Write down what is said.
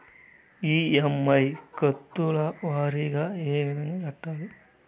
EMI కంతుల వారీగా ఏ విధంగా కట్టాలి